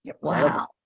Wow